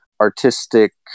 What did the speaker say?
artistic